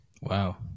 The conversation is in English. Wow